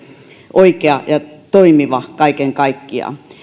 oikea ja toimiva kaiken kaikkiaan